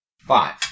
Five